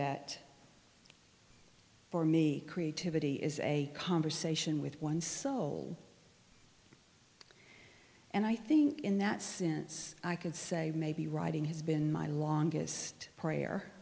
that for me creativity is a conversation with one's soul and i think in that sense i could say maybe writing has been my longest prayer